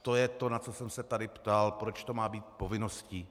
To je to, na co jsem se tady ptal, proč to má být povinností.